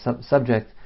subject